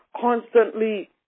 constantly